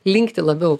linkti labiau